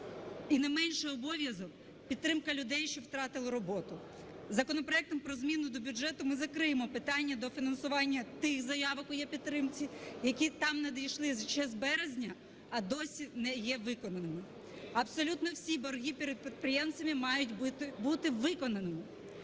І не менший обов'язок – підтримка людей, що втратили роботу. Законопроектом про зміну до бюджету ми закриємо питання до фінансування тих заявок у еПідтримці, які там надійшли ще з березня, а досі не є виконаними. Абсолютно всі борги перед підприємцями мають бути виконаними.